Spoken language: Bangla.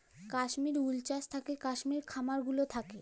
কাশ্মির উল চাস থাকেক কাশ্মির খামার গুলা থাক্যে